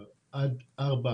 המידע,